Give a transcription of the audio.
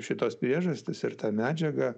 šitos priežastys ir ta medžiaga